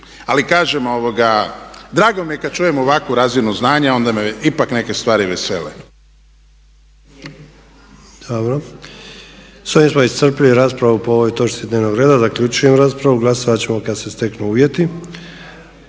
Ali kažem, drago mi je kad čujem ovakvu razinu znanja, onda me ipak neke stvari vesele.